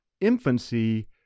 infancy